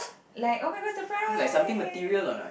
like oh-my-god surprise